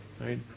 Right